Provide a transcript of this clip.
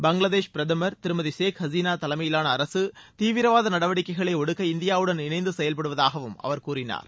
பங்களாதேஷ் பிரதமர் திருமதி ஷேக் ஹசினா தலைமயிலான அரக தீவிரவாத நடவடிக்கைகளை ஒடுக்க இந்தியாவுடன் இணைந்து செயல்படுவதாகவும் அவர் கூறினார்